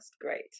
great